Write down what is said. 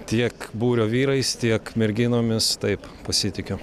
tiek būrio vyrais tiek merginomis taip pasitikiu